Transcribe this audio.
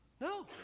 No